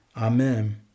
Amen